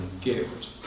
gift